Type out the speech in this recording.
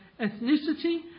ethnicity